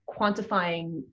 quantifying